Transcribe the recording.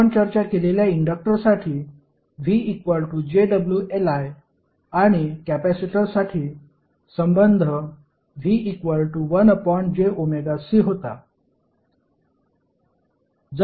आपण चर्चा केलेल्या इंडक्टरसाठी VjωLI आणि कॅपेसिटरसाठी संबंध VIjωC होता